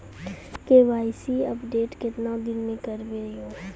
KYC update केतना दिन मे करेबे यो?